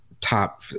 top